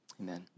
Amen